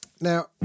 now